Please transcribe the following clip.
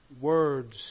words